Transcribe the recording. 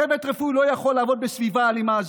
צוות רפואי לא יכול לעבוד בסביבה אלימה,